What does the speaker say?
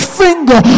finger